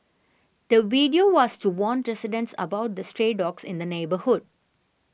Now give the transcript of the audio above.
the video was to warn residents about the stray dogs in the neighbourhood